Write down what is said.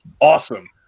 awesome